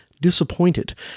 disappointed